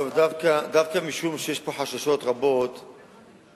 דווקא משום שיש כאן חששות רבים,